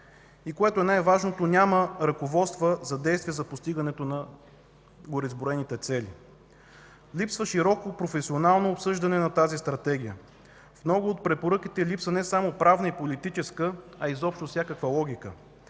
И което е най-важното – няма ръководства за действие за постигането на гореизброените цели. Липсва широко професионално обсъждане на тази Стратегия. В много от препоръките липсва не само правна и политическа, а изобщо всякаква логика.